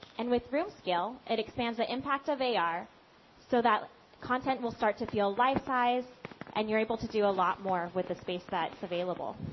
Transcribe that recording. and with room scale, it expands the impact of ar so that content will start to feel life-sized and you're able to do a lot more with the space that's available.